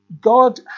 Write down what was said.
God